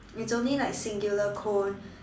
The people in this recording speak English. it's only like singular cone